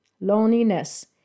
loneliness